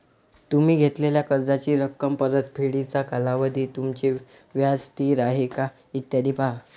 तुम्ही घेतलेल्या कर्जाची रक्कम, परतफेडीचा कालावधी, तुमचे व्याज स्थिर आहे का, इत्यादी पहा